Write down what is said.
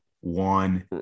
one